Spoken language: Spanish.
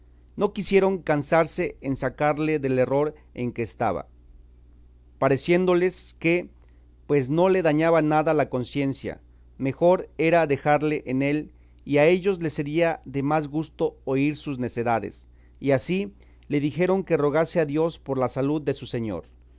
no quisieron cansarse en sacarle del error en que estaba pareciéndoles que pues no le dañaba nada la conciencia mejor era dejarle en él y a ellos les sería de más gusto oír sus necedades y así le dijeron que rogase a dios por la salud de su señor